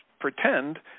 pretend